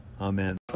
Amen